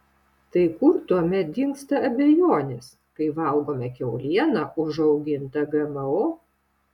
tai kur tuomet dingsta abejonės kai valgome kiaulieną užaugintą gmo